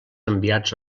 enviats